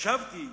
חשבתי